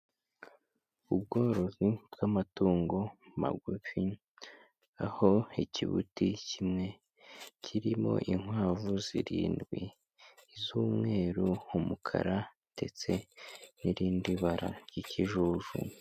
Ubworozi bw'amatungo magufi, aho ikibuti kimwe kirimo inkwavu zirindwi z'umweru, umukara ndetse n'irindi bara ry'ikijuju.